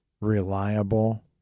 reliable